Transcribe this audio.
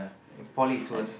in poly it's worst